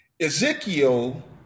Ezekiel